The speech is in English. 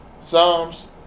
Psalms